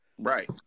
Right